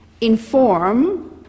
inform